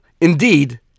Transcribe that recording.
Indeed